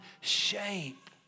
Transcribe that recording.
shape